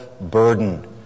burden